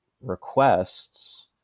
requests